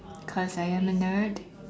because I am a nerd